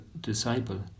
disciple